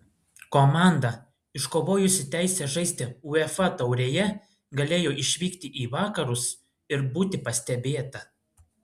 komanda iškovojusi teisę žaisti uefa taurėje galėjo išvykti į vakarus ir būti pastebėta